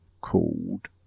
called